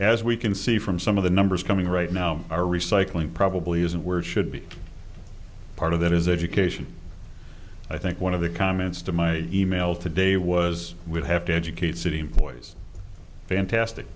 as we can see from some of the numbers coming right now are recycling probably isn't where it should be part of that is education i think one of the comments to my e mail today was would have to educate city employees fantastic